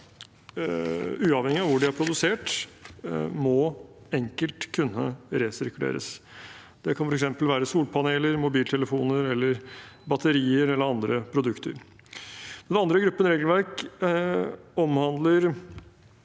uavhengig av hvor de er produsert, enkelt må kunne resirkuleres. Det kan være f.eks. solpaneler, mobiltelefoner, batterier eller andre produkter. Den andre gruppen regelverk omhandler